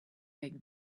make